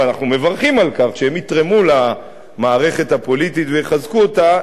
ואנחנו מברכים על כך שהם יתרמו למערכת הפוליטית ויחזקו אותה,